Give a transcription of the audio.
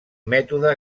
mètode